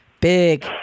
big